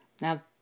Now